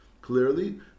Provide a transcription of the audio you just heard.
clearly